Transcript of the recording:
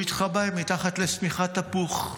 הוא התחבא מתחת לשמיכת הפוך.